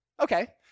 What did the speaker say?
Okay